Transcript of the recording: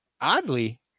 oddly